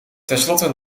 tenslotte